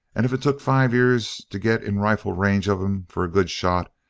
and if it took five years to get in rifle range of em for a good shot,